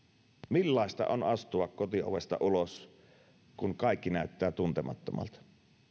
millaista on astua kotiovesta ulos kun kaikki näyttää tuntemattomalta